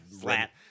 flat